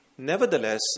Nevertheless